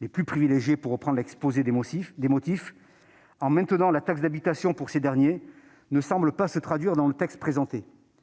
les « plus privilégiés », pour citer l'exposé des motifs de la proposition de loi -, en maintenant la taxe d'habitation pour ces derniers, ne semble pas se traduire dans le texte présenté.